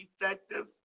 effective